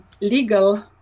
legal